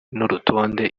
n’urutonde